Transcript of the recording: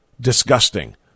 disgusting